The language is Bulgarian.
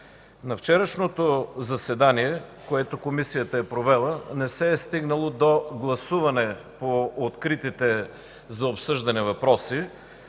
На вчерашното заседание, което Комисията е провела, не се е стигнало до гласуване на откритите за обсъждане въпроси.